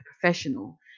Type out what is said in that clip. professional